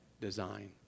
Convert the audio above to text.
design